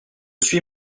suis